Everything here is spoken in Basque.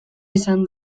izan